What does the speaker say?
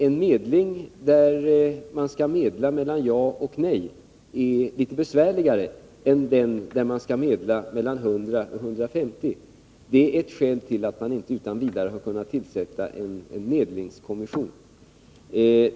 En medling mellan ja och nej är litet besvärligare än en medling mellan 100 och 150. Det är ett skäl till att man inte utan vidare har kunnat tillsätta en medlingskommission.